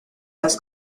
las